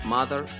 Mother